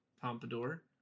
pompadour